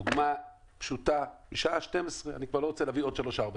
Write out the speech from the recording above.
דוגמה פשוטה משעה 12:03 ואני כבר לא רוצה להביא עוד דוגמאות.